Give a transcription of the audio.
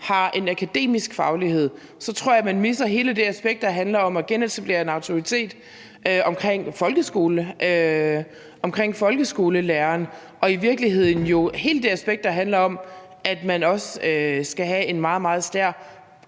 af en akademisk faglighed, så misser man hele det aspekt, der handler om at genetablere en autoritet omkring folkeskolelæreren, og jo i virkeligheden hele det aspekt, der handler om, at man også skal have en meget, meget stærk